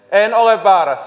en ole väärässä